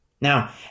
Now